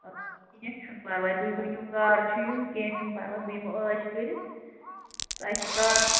آ کیٚنٛہہ چھُنہٕ پَرواے تُہۍ ؤنِو کَر چھُ یُن کیٚنٛہہ چھُنہٕ پَرواے بہٕ یِمہٕ ٲش کٔرِتھ تۄہہِ کر